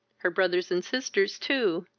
her brothers and sisters too!